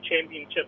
championship